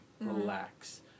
relax